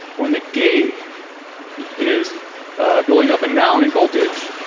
when the gate is going up and down in voltage,